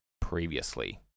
previously